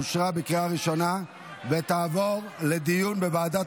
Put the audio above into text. אושרה בקריאה ראשונה ותעבור לדיון בוועדת